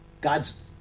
God's